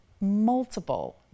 multiple